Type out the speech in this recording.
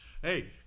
Hey